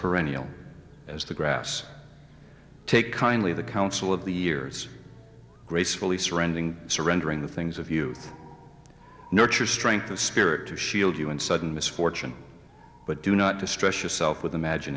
perennial as the grass take kindly the counsel of the years gracefully surrendering surrendering the things of youth nurture strength of spirit to shield you in sudden misfortune but do not distress yourself with imagin